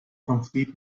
complete